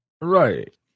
Right